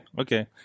okay